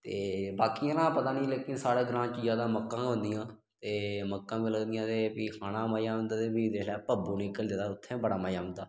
ते बाकियें दा पता नी लेकिन साढ़ा ग्रांऽ च ज्यादा मक्कां होंदियां ते मक्कां गै लगदियां ते फ्ही खाने दा मज़ा होंदा ते फ्ही जेल्लै भब्बो निकलदे ते उत्थें बड़ा मज़ा औंदा